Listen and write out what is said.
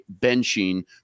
benching